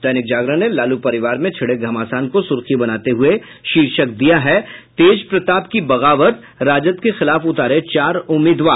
दैनिक जागरण ने लालू परिवार में छिड़े घमासान को सुर्खी बनाते हुये शीर्षक दिया है तेजप्रताप की बगावत राजद के खिलाफ उतारे चार उम्मीदवार